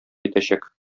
итәчәк